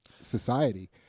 society